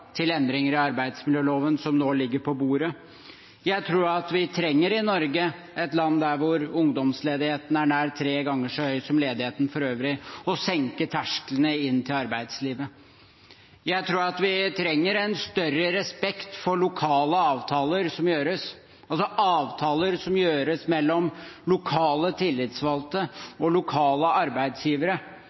til endringer i arbeidsmiljøloven som nå ligger på bordet. Jeg tror at vi i Norge – et land der ungdomsledigheten er nær tre ganger så høy som ledigheten for øvrig – trenger å senke tersklene inn til arbeidslivet. Jeg tror at vi trenger en større respekt for lokale avtaler som gjøres, avtaler som gjøres mellom lokale tillitsvalgte og lokale arbeidsgivere,